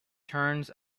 turns